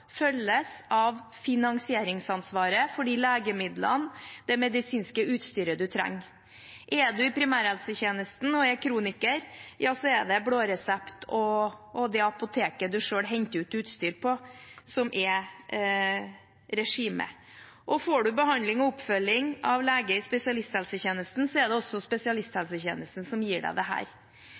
følges av finansieringsansvaret for de legemidlene og det medisinske utstyret man trenger. Er man i primærhelsetjenesten og er kroniker, er det blåresept og det apoteket man selv henter ut utstyr på, som er regimet. Får man behandling og oppfølging av lege i spesialisthelsetjenesten, er det også spesialisthelsetjenesten som gir